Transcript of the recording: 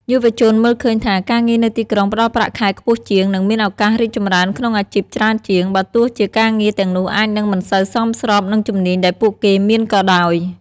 យុវជនមើលឃើញថា ការងារនៅទីក្រុងផ្តល់ប្រាក់ខែខ្ពស់ជាង និងមានឱកាសរីកចម្រើនក្នុងអាជីពច្រើនជាង បើទោះជាការងារទាំងនោះអាចនឹងមិនសូវសមស្របនឹងជំនាញដែលពួកគេមានក៏ដោយ។